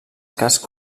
cascs